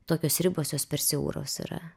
tokios ribos jos per siauros yra